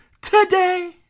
today